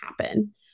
happen